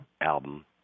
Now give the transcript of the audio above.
album